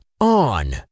on